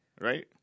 right